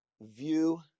view